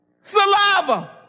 Saliva